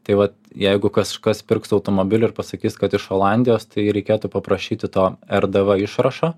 tai vat jeigu kažkas pirks automobilį ir pasakys kad iš olandijos tai reikėtų paprašyti to rdv išrašo